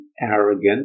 arrogant